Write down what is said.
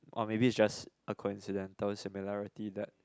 or maybe it's just a coincidental similarity that